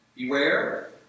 Beware